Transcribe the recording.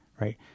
right